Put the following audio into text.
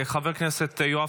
חבר הכנסת יואב